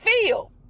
feel